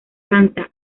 canta